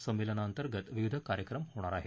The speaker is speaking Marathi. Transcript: समेलनांतर्गत विविध कार्यक्रम होणार आहेत